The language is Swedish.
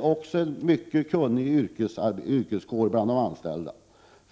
och en mycket kunnig yrkeskår bland de anställda.